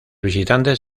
visitantes